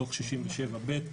דו"ח 67ב',